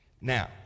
Now